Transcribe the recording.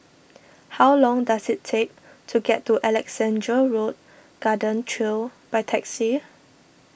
how long does it take to get to Alexandra Road Garden Trail by taxi